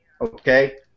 Okay